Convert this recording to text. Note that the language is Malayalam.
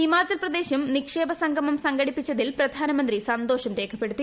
ഹിമാചൽ പ്രദേശും നിക്ഷേപ സംഗമം സംഘടിപ്പിച്ചതിൽ പ്രധാനമന്ത്രി സന്തോഷം രേഖപ്പെടുത്തി